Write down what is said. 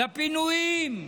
לפינויים,